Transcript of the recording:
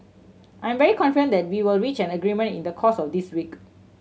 I'm very confident that we will reach an agreement in the course of this week